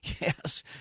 Yes